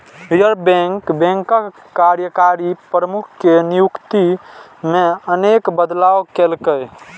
reserve Bank बैंकक कार्यकारी प्रमुख के नियुक्ति मे अनेक बदलाव केलकै